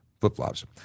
flip-flops